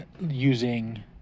using